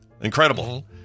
Incredible